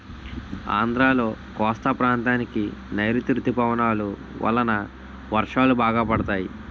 ఆంధ్రాలో కోస్తా ప్రాంతానికి నైరుతీ ఋతుపవనాలు వలన వర్షాలు బాగా పడతాయి